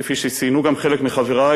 כפי שציינו גם חלק מחברי,